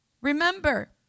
Remember